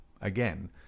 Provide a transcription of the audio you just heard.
Again